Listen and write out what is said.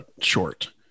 short